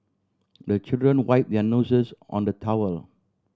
the children wipe their noses on the towel